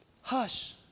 hush